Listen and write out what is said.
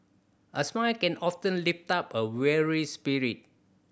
a smile can often lift up a weary spirit